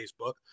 Facebook